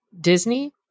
Disney